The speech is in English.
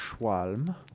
Schwalm